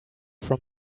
from